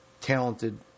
talented